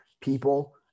people